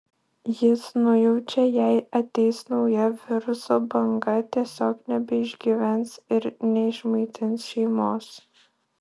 jis nujaučia jei ateis nauja viruso banga tiesiog nebeišgyvens ir neišmaitins šeimos